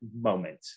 moment